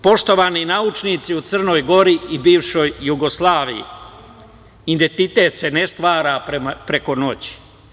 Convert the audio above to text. Poštovani naučnici u Crnoj Gori i bivšoj Jugoslaviji, identitet se ne stvara preko noći.